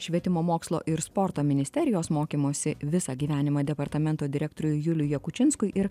švietimo mokslo ir sporto ministerijos mokymosi visą gyvenimą departamento direktoriui juliui jakučinskui ir